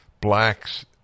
blacks